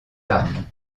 armes